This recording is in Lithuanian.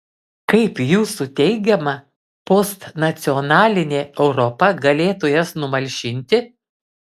kaip jūsų teigiama postnacionalinė europa galėtų jas numalšinti